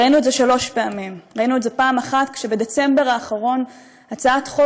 ראינו את זה שלוש פעמים: ראינו את זה פעם אחת כשבדצמבר האחרון הצעת חוק